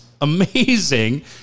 amazing